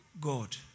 God